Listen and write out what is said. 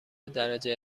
درجه